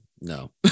No